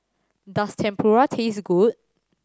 does Tempura taste good